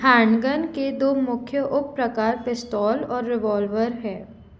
handgun के दो मुख्य उप प्रकार पिस्तौल और रिवॉल्वर हैं